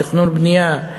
לתכנון ובנייה.